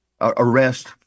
arrest